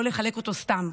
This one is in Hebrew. לא לחלק אותו סתם,